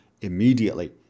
immediately